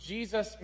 Jesus